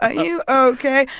ah you ok?